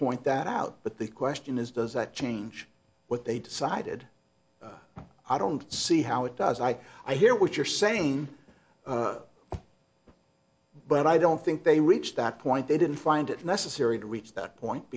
point that out but the question is does that change what they decided i don't see how it does i i hear what you're saying but i don't think they reached that point they didn't find it necessary to reach that point